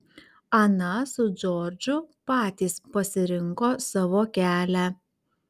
ana su džordžu patys pasirinko savo kelią